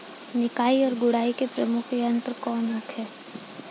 निकाई और गुड़ाई के प्रमुख यंत्र कौन होखे?